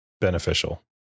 beneficial